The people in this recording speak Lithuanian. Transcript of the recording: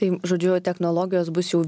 tai žodžiu techonologijos bus jau